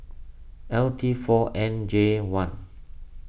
L T four N J one